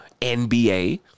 NBA